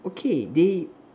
okay they